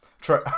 True